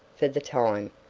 for the time,